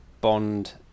Bond